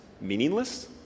meaningless